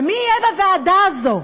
ומי יהיה בוועדה הזאת?